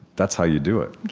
that's how you do it